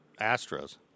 Astros